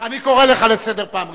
אני קורא אותך לסדר פעם ראשונה.